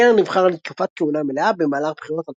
קלר נבחר לתקופת כהונה מלאה במהלך בחירות 2020.